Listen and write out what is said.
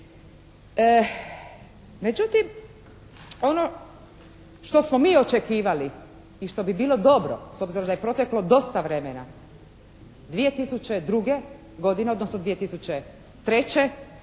Međutim, ono što smo mi očekivali i što bi bilo dobro s obzirom da je proteklo dosta vremena, 2001. godine, odnosno 2003. formirana